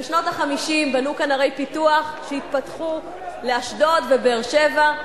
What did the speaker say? בשנות ה-50 בנו כאן ערי פיתוח שהתפתחו לאשדוד ובאר-שבע,